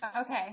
okay